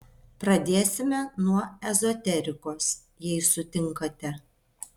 pradėsime nuo ezoterikos jei sutinkate